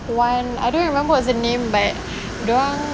one I don't remember what's her name but dorang